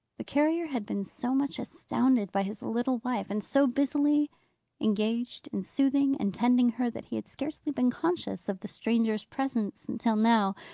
the carrier had been so much astounded by his little wife, and so busily engaged in soothing and tending her, that he had scarcely been conscious of the stranger's presence until now,